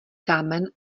kámen